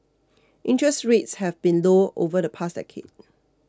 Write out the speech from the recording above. interest rates have been low over the past decade